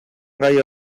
gaia